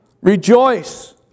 Rejoice